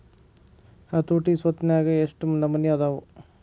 ಹತೋಟಿ ಸ್ವತ್ನ್ಯಾಗ ಯೆಷ್ಟ್ ನಮನಿ ಅದಾವು?